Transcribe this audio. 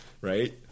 Right